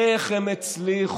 איך הם הצליחו,